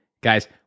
Guys